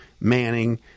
Manning